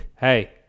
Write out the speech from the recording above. Hey